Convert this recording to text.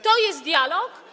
To jest dialog?